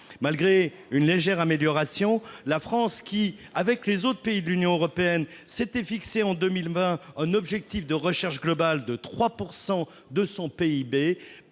Malgré une légère amélioration, la France, qui, avec les autres pays de l'Union européenne, s'était fixé pour 2020 un objectif de recherche globale de 3 % de son PIB,